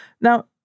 Now